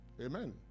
Amen